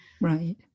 Right